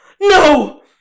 no